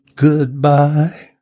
goodbye